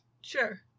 Sure